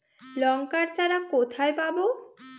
লঙ্কার চারা কোথায় পাবো?